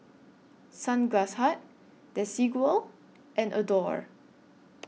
Sunglass Hut Desigual and Adore